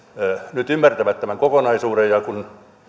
nyt ymmärtävät tämän kokonaisuuden kun sinne